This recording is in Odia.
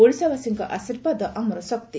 ଓଡ଼ିଶାବାସୀଙ୍କ ଆଶୀବ୍ବାଦ ଆମର ଶକ୍ତି